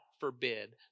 forbid